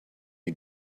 you